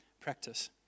practice